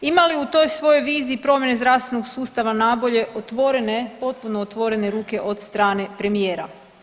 Ima li u toj svojoj viziji primjene zdravstvenog sustava nabolje otvorene, potpuno otvorene ruke od strane premijera.